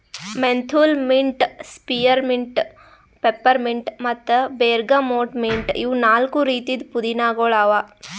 menthol mint, spearmint, peppermint ಮತ್ತ bergamot mint ಇವು ನಾಲ್ಕು ರೀತಿದ್ ಪುದೀನಾಗೊಳ್ ಅವಾ